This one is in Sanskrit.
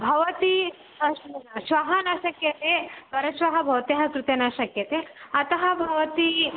भवती श्व श्वः न शक्यते परश्वः भवत्याः कृते न शक्यते अतः भवती